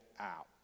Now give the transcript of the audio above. out